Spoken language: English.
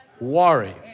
worry